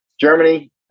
Germany